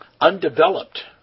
undeveloped